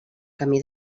camí